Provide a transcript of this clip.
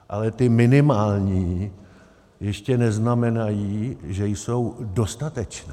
Ale ty minimální ještě neznamenají, že jsou dostatečné.